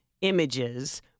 images